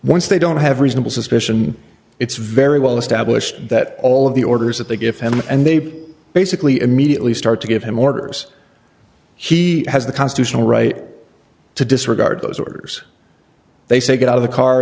once they don't have reasonable suspicion it's very well established that all of the orders that they defend and they basically immediately start to give him orders he has the constitutional right to disregard those orders they say get out of the car